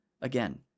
Again